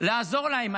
לעזור להם.